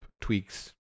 tweaks